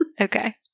Okay